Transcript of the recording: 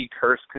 curse